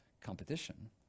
competition